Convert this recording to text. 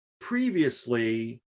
previously